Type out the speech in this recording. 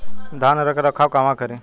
धान के रख रखाव कहवा करी?